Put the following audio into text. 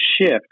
shift